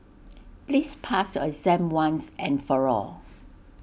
please pass your exam once and for all